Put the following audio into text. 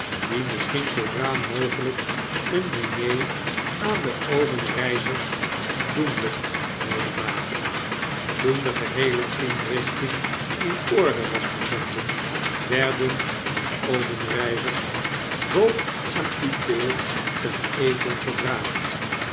die misschien zoodra mogelijk een diner aan de obenreizers doenlijk wilde maken toendegeheele inrichting in orde was bevonden werden de obenreizers voogd en pupil ten eten gevraagd